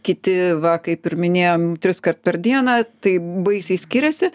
kiti va kaip ir minėjom triskart per dieną tai baisiai skiriasi